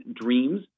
dreams